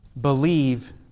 Believe